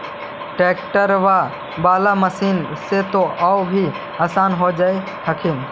ट्रैक्टरबा बाला मसिन्मा से तो औ भी आसन हो जा हखिन?